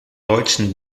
deutschen